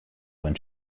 when